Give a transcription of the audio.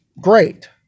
great